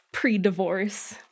Pre-divorce